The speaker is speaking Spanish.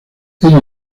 ella